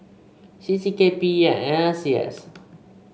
CC K P E and N C S